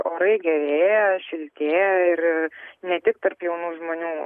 orai gerėja šiltėja ir ne tik tarp jaunų žmonių